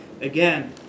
Again